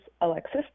Alexis